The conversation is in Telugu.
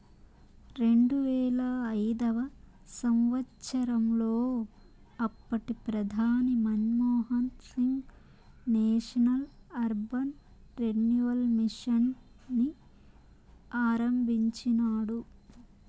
రెండువేల ఐదవ సంవచ్చరంలో అప్పటి ప్రధాని Manmohan Singh national urban renewal mission ని ఆరంభించినాడు